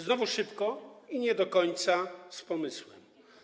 Znowu szybko i nie do końca z pomysłem.